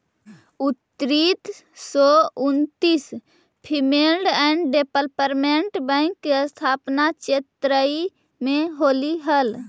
उन्नीस सौ उन्नितिस फीमेल एंड डेवलपमेंट बैंक के स्थापना चेन्नई में होलइ हल